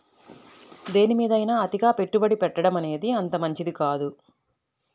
దేనిమీదైనా అతిగా పెట్టుబడి పెట్టడమనేది అంతగా మంచిది కాదు